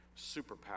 Superpower